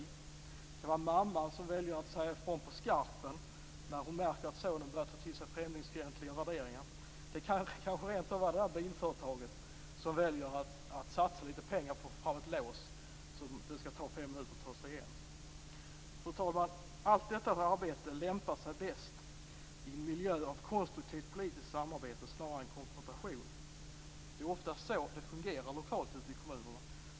Det kan vara mamman som väljer att säga ifrån på skarpen när hon märker att sonen börjar ta till sig främlingsfientliga värderingar. Det kan kanske rent av vara det där bilföretaget som väljer att satsa lite pengar på att få fram ett lås som det skall ta fem minuter att ta sig igenom. Fru talman! Allt detta arbete lämpar sig bäst i en miljö av konstruktivt politiskt samarbete snarare än konfrontation. Det är ofta så det fungerar lokalt ute i kommunerna.